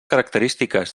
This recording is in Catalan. característiques